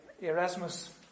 Erasmus